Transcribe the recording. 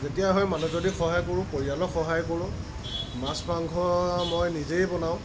যেতিয়া হয় মানুহজনীক সহায় কৰোঁ পৰিয়ালক সহায় কৰোঁ মাছ মাংস মই নিজেই বনাওঁ